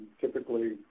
Typically